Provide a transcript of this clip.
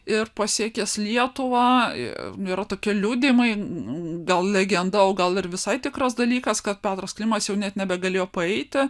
ir pasiekęs lietuvą yra tokie liudijimai gal legenda o gal ir visai tikras dalykas kad petras klimas jau net nebegalėjo paeiti